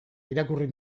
irakurri